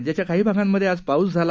राज्याच्याकाहीभागांमध्येआजपाऊसझाला